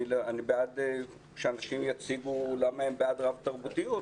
אני בעד שאנשים יציגו למה הם בעד רב-תרבותיות,